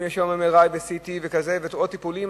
ואם יש היום MRI ו-CT ועוד טיפולים,